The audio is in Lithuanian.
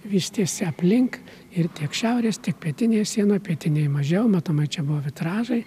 vystėsi aplink ir tiek šiaurės tiek pietinėj sienoj pietinėj mažiau matoma čia buvo vitražai